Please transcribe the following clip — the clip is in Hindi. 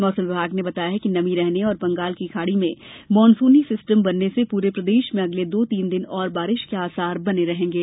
मौसम विभाग ने बताया है कि नमी रहने और बंगाल की खाड़ी में मानसूनी सिस्टम बनने से पूरे प्रदेश में अगले दो तीन और बारिश के आसार बने रहेंगे